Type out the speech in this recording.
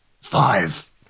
five